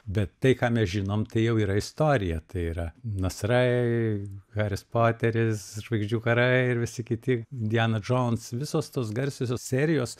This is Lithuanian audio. bet tai ką mes žinom tai jau yra istorija tai yra nasrai haris poteris žvaigždžių karai ir visi kiti diana džouns visos tos garsiosios serijos